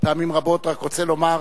פעמים רבות, רק רוצה לומר,